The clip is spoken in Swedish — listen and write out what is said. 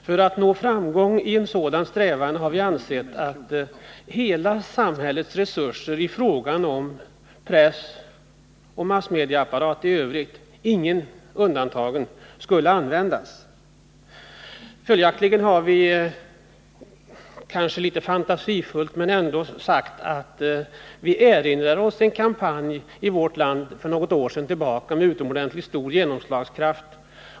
För att nå framgång i en sådan strävan har vi ansett att hela samhällets resurser i fråga om press och massmedieapparat i övrigt — inga undantagna — skulle användas. Följaktligen har vi, kanske litet fantasifullt, sagt att vi erinrar oss en kampanj i vårt land för några år sedan som hade utomordentligt stor genomslagskraft.